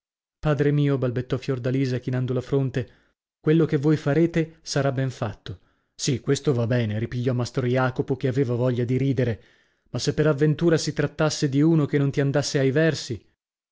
padre mio balbettò fiordalisa chinando la fronte quello che voi farete sarà ben fatto sì questo va bene ripigliò mastro jacopo che aveva voglia di ridere ma se per avventura si trattasse di uno che non ti andasse ai versi